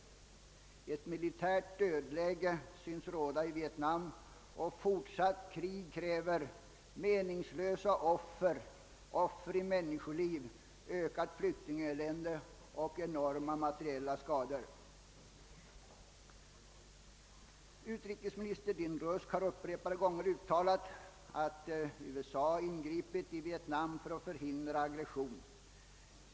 Ett militärt dödläge synes råda i Vietnam, och fortsatt krig kräver meningslösa offer i människoliv, ökat flyktingelände och enorma materiella skador. Utrikesminister Dean Rusk har upprepade gånger uttalat, att USA ingripit i Vietnam för att förekomma aggression.